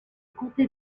comté